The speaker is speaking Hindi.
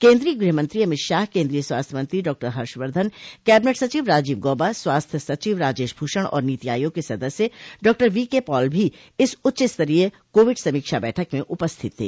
केंद्रीय गृह मंत्री अमित शाह केंद्रीय स्वास्थ्य मंत्री डॉ हर्षवर्धन कैबिनेट सचिव राजीव गौबा स्वास्थ्य सचिव राजेश भूषण और नीति आयोग के सदस्य डॉ वी के पॉल भी इस उच्चस्तरीय कोविड समीक्षा बैठक में उपस्थित थे